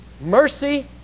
Mercy